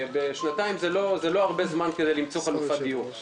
וזה לא זמן רב כדי למצוא חלופת דיור.